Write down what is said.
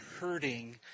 hurting